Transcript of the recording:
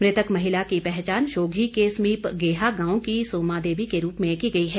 मृतक महिला की पहचान शोघी के समीप गेहा गांव की सोमा देवी के रूप में की गई है